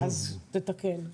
אז תתקן.